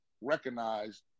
recognized